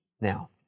Now